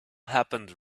happened